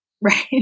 Right